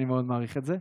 אני מאוד מעריך את זה.